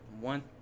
One